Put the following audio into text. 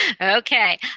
Okay